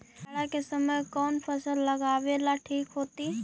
जाड़ा के समय कौन फसल लगावेला ठिक होतइ?